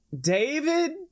David